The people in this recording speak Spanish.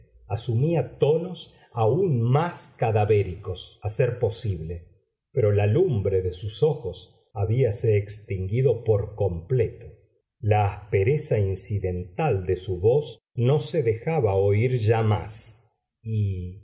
asumía tonos aun más cadavéricos a ser posible pero la lumbre de sus ojos habíase extinguido por completo la aspereza incidental de su voz no se dejaba oír ya